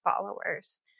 followers